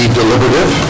deliberative